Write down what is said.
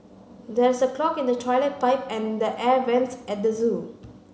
there is a clog in the toilet pipe and the air vents at the zoo